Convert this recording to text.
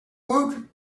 woot